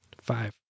five